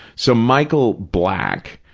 so, michael black,